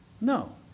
No